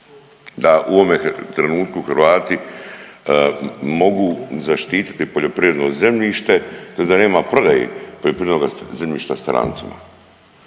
da u ovome trenutku Hrvati mogu zaštititi poljoprivredno zemljište tj. da nema prodaje poljoprivrednoga zemljišta strancima?